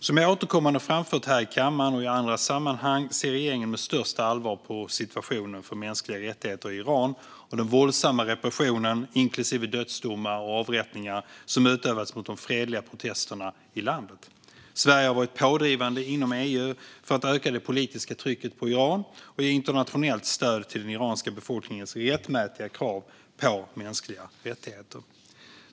Som jag återkommande framfört här i kammaren och i andra sammanhang ser regeringen med största allvar på situationen för mänskliga rättigheter i Iran och den våldsamma repressionen, inklusive dödsdomar och avrättningar, som utövats mot de fredliga protesterna i landet. Sverige har varit pådrivande inom EU för att öka det politiska trycket på Iran och ge internationellt stöd till den iranska befolkningens rättmätiga krav på mänskliga rättigheter.